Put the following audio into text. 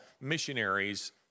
missionaries